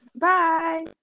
bye